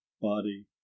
body